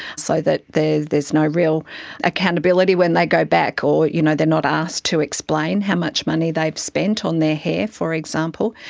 so that there's no real accountability when they go back. or you know they're not asked to explain how much money they've spent on their hair, for example.